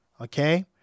Okay